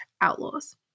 outlaws